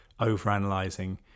overanalyzing